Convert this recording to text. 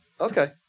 Okay